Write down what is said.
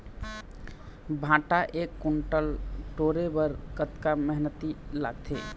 भांटा एक कुन्टल टोरे बर कतका मेहनती लागथे?